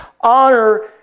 Honor